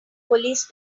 police